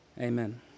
Amen